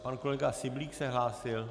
Pan kolega Syblík se hlásil?